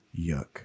yuck